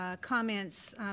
comments